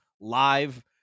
live